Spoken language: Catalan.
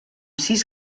sis